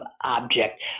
object